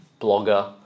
blogger